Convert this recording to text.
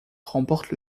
remporte